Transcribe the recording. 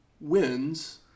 wins